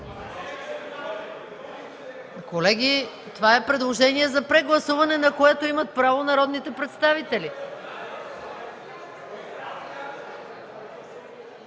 Колеги, това е предложение за прегласуване, на което имат право народните представители.